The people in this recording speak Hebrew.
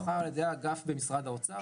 הסכמי השכר על ידי אגף במשרד האוצר.